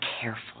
careful